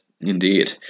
Indeed